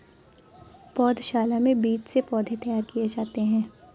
पौधशाला में बीज से पौधे तैयार किए जाते हैं